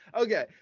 Okay